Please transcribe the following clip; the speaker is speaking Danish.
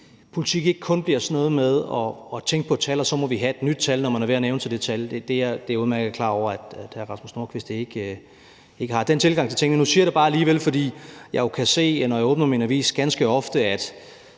politik ikke kun bliver sådan noget med at tænke på et tal, og så må vi have et nyt tal, når man er ved at nærme sig det tal. Jeg er udmærket klar over, at hr. Rasmus Nordqvist ikke har den tilgang til tingene, men nu siger jeg det bare alligevel, fordi jeg jo ganske ofte kan se, når jeg åbner en avis, at